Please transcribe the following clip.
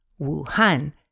Wuhan